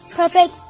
perfect